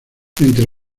entre